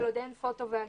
אבל עוד אין פוטו ואגירה.